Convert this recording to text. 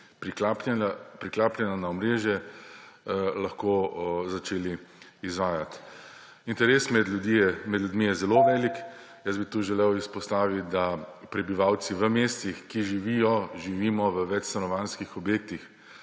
priklapljanja na omrežje, lahko začeli izvajati? Interes med ljudmi je zelo velik. Tukaj bi želel izpostaviti, da prebivalci v mestih, ki živijo/živimo v večstanovanjskih objektih,